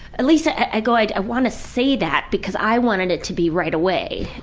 at least ah i go. i wanna say that because i wanted it to be right away.